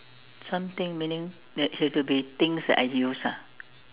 something meaning that it have to be things that I use ah